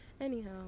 anyhow